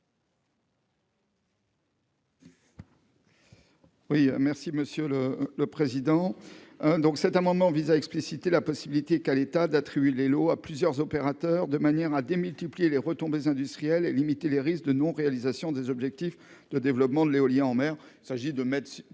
merci monsieur le le président, hein, donc, cet amendement vise à expliciter la possibilité qu'à l'état d'attribuer les lots à plusieurs opérateurs de manière à démultiplier les retombées industrielles et limiter les risques de non-réalisation des objectifs de développement de l'éolien en mer